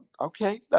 okay